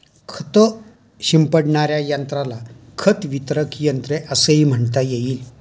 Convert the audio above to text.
खत शिंपडणाऱ्या यंत्राला खत वितरक यंत्र असेही म्हणता येईल